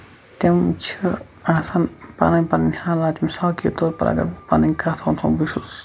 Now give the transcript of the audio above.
تِم چھِ آسان پَنٕنۍ پَنٕنۍ حالات مِثال کے طور پَر پَنٕنۍ کَتھ وَنہوو بہٕ چھُس